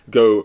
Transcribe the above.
go